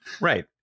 right